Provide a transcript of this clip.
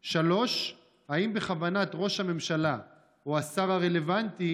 3. האם בכוונת ראש הממשלה או השר הרלוונטי